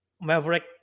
Maverick